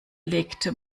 legte